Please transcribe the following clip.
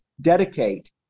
dedicate